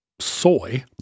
soy